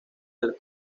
del